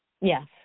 Yes